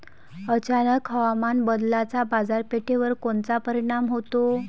अचानक हवामान बदलाचा बाजारपेठेवर कोनचा परिणाम होतो?